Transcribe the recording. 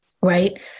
right